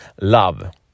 love